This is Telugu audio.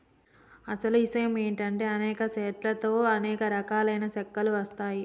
అసలు ఇషయం ఏంటంటే అనేక సెట్ల తో అనేక రకాలైన సెక్కలు వస్తాయి